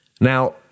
Now